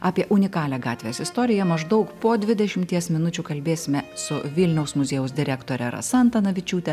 apie unikalią gatvės istoriją maždaug po dvidešimties minučių kalbėsime su vilniaus muziejaus direktore rasa antanavičiūtė